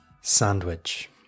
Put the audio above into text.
sandwich